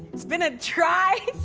it's been a dry